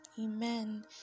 Amen